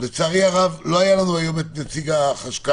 לצערי הרב לא היה לנו היום את נציג החשכ"ל.